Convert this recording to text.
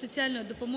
соціальної допомоги